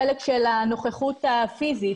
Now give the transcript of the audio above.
בחלק של הנוכחות הפיזית.